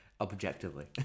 Objectively